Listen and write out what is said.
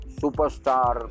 superstar